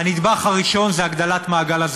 שאין מנוס מלהגדיל בצורה משמעותית את הליכי